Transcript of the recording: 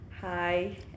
Hi